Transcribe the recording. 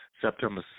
September